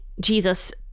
Jesus